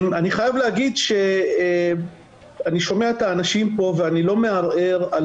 אני שומע את האנשים פה ואני לא מערער על